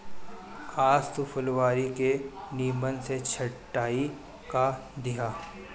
आज तू फुलवारी के निमन से छटाई कअ दिहअ